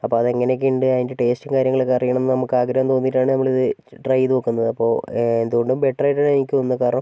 അപ്പോൾ അതെങ്ങനെ ഒക്കെയുണ്ട് അതിൻ്റെ ടേസ്റ്റും കാര്യങ്ങളുമൊക്കെ അറിയണമെന്ന് നമുക്ക് ആഗ്രഹം തോന്നിയിട്ടാണ് നമ്മളിത് ട്രൈ ചെയ്തുനോക്കുന്നത് അപ്പോൾ എന്തുകൊണ്ടും ബെറ്റർ ആയിട്ടാണ് എനിക്ക് തോന്നുന്നത് കാരണം